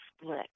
split